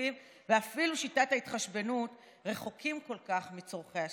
התקציבים ואפילו שיטת ההתחשבנות רחוקים כל כך מצורכי השטח.